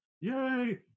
Yay